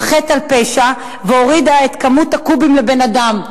חטא על פשע והורידה את כמות הקובים לבן-אדם,